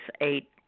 eight